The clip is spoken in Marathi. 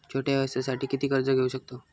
छोट्या व्यवसायासाठी किती कर्ज घेऊ शकतव?